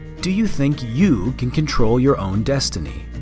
do you think you can control your own destiny?